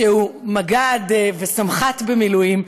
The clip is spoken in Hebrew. שהוא מג"ד וסמח"ט במילואים,